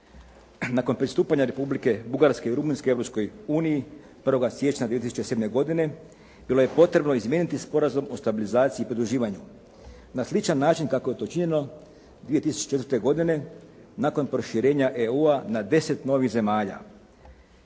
Nakon pristupanja Republike Bugarske i Rumunjske Europskoj uniji 1. siječnja 2007. godine bilo je potrebno izmijeniti Sporazum o stabilizaciji i pridruživanju, na sličan način kako je to učinjeno 2004. godine nakon proširenja EU-a na 10 novih zemalja,